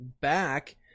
back